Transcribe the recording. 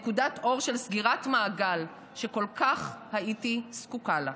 נקודת אור של סגירת מעגל שכל כך הייתי זקוקה לה.